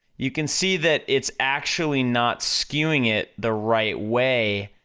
you can see that it's actually not skewing it the right way,